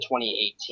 2018